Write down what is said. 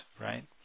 right